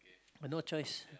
but no choice